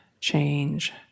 change